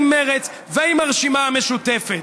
עם מרצ ועם הרשימה המשותפת?